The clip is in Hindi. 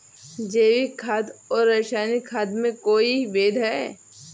जैविक खाद और रासायनिक खाद में कोई भेद है?